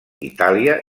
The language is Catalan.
itàlia